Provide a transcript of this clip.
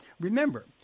remember